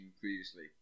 previously